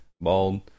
bald